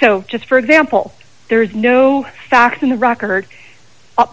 so just for example there's no facts in the record